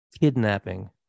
Kidnapping